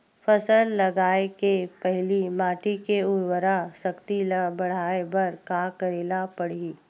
फसल लगाय के पहिली माटी के उरवरा शक्ति ल बढ़ाय बर का करेला पढ़ही?